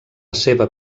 seva